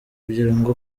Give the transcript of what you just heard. kugirango